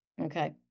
Okay